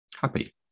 Happy